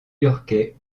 yorkais